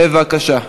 בבקשה.